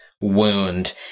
wound